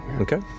Okay